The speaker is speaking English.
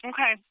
Okay